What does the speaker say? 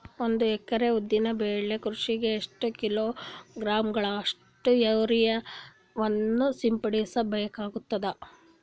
ಒಂದು ಎಕರೆ ಉದ್ದಿನ ಬೆಳೆ ಕೃಷಿಗೆ ಎಷ್ಟು ಕಿಲೋಗ್ರಾಂ ಗಳಷ್ಟು ಯೂರಿಯಾವನ್ನು ಸಿಂಪಡಸ ಬೇಕಾಗತದಾ?